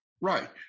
Right